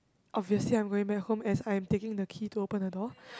obviously I'm going back home as I'm taking the key to open the door